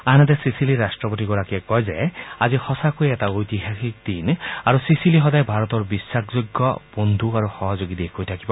আনহাতে ছীচিলিৰ ৰাষ্ট্ৰপতিগৰাকীয়ে কয় যে আজি হৈছে এটা ঐতিহাসিক দিন আৰু ছীচিলি সদায় ভাৰতৰ বিশ্বাসযোগ্য বন্ধু আৰু সহযোগী দেশ হৈ থাকিব